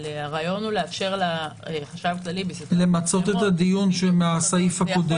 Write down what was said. הרעיון הוא לאפשר לחשב הכללי למצות את הדיון מהסעיף הקודם.